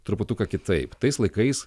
truputuką kitaip tais laikais